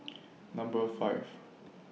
Number five